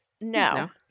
No